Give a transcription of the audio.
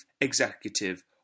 executive